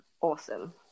awesome